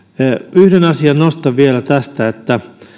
yhden asian nostan vielä tästä